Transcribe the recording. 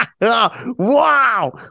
Wow